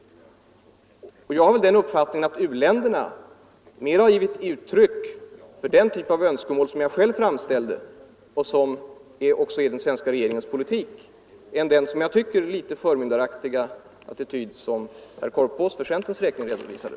Och jag anser att u-länderna mera har givit uttryck för den typ av önskemål som jag själv framställde, och som också är den svenska regeringens politik, än för tankar i linje med den, som jag tycker, litet förmyndaraktiga attityd som herr Korpås för centerns räkning redovisade.